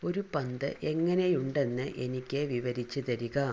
ഒരു പന്ത് എങ്ങനെയുണ്ടെന്ന് എനിക്ക് വിവരിച്ച് തരിക